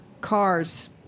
cars